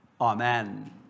Amen